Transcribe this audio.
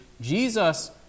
Jesus